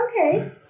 okay